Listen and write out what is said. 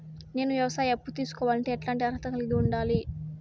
నేను వ్యవసాయ అప్పు తీసుకోవాలంటే ఎట్లాంటి అర్హత కలిగి ఉండాలి?